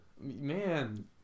Man